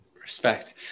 Respect